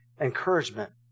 encouragement